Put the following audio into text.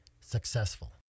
successful